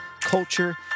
culture